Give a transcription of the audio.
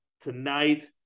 tonight